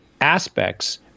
aspects